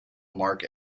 mark